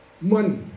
money